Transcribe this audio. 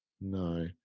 no